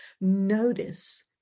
Notice